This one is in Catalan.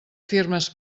firmes